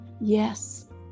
Yes